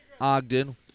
Ogden